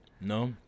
No